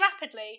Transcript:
rapidly